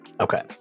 Okay